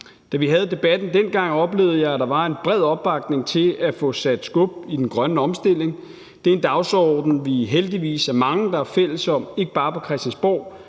Da vi havde debatten dengang, oplevede jeg, at der var en bred opbakning til at få sat skub i den grønne omstilling. Det er en dagsorden, vi heldigvis er mange, der er fælles om, ikke bare på Christiansborg,